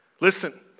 Listen